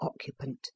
occupant